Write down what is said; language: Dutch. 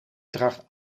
draagt